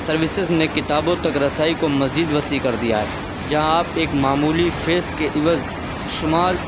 services نے کتابوں تک رسائی کو مزید وسیع کر دیا ہے جہاں آپ ایک معمولی فیس کے عوض شمار